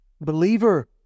Believer